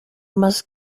must